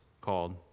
called